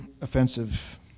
offensive